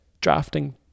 drafting